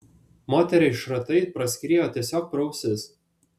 moteriai šratai praskriejo tiesiog pro ausis